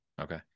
Okay